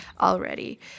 already